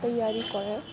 তৈয়াৰ কৰে